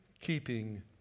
keeping